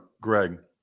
Greg